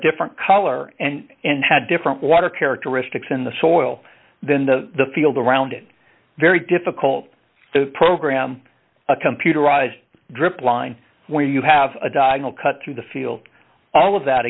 different color and had different water characteristics in the soil than the field around it very difficult to program a computerized drip line where you have a diagonal cut through the field all of that